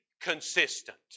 consistent